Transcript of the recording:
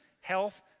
health